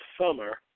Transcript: summer